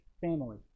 family